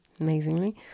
amazingly